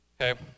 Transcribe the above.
Okay